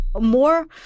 more